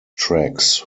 tracks